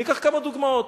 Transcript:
ניקח כמה דוגמאות: